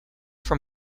from